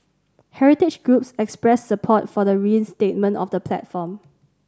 heritage groups expressed support for the reinstatement of the platform